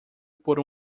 por